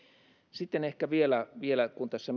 sitten ehkä vielä vielä kun tässä